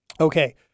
Okay